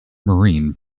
marine